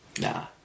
Nah